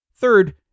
Third